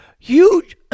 huge